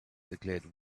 declared